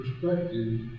perspective